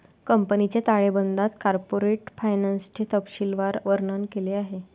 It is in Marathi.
कंपनीच्या ताळेबंदात कॉर्पोरेट फायनान्सचे तपशीलवार वर्णन केले आहे